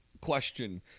question